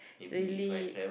really